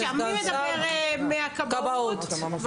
נעבור לאנשי הכבאות וההצלה.